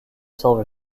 silver